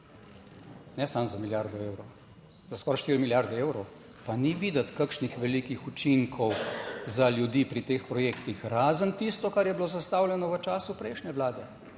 Ne samo za milijardo evrov, za skoraj štiri milijarde evrov, pa ni videti kakšnih velikih učinkov za ljudi pri teh projektih, razen tisto, kar je bilo zastavljeno v času prejšnje vlade.